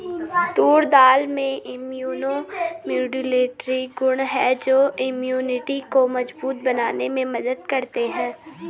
तूर दाल में immunomodulatory गुण हैं जो इम्यूनिटी को मजबूत बनाने में मदद करते है